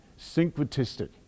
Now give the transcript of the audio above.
Syncretistic